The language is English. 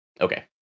Okay